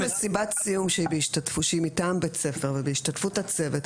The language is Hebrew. עבור מסיבת סיום שהיא מטעם בית ספר ובהשתתפות הצוות,